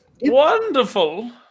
wonderful